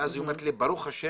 ואז היא אומרת לו: 'ברוך ה',